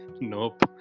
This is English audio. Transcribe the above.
Nope